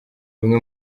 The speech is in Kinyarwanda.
bimwe